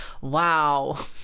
wow